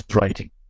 writing